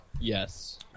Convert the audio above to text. Yes